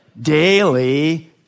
Daily